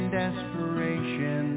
desperation